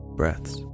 breaths